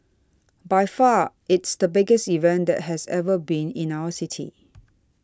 by far it's the biggest event that has ever been in our city